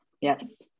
Yes